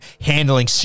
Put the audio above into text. handling